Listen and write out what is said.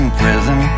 prison